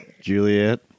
Juliet